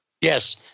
Yes